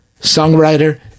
songwriter